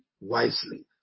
wisely